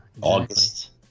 August